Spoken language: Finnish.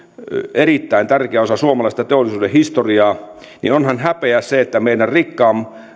erittäin tärkeä osa suomalaista teollisuuden historiaa niin onhan häpeä että meidän rikkaan